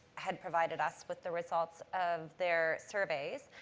had provided us with the results of their surveys.